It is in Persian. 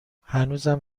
هنوزم